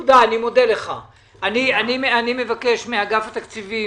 אני מבקש מאגף התקציבים